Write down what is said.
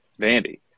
Vandy